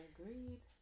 Agreed